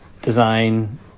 design